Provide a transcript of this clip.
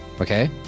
okay